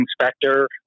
inspector